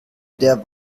der